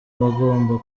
bagomba